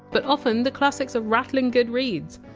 but often, the classics are rattling good reads.